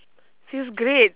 feels great